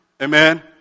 Amen